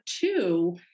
two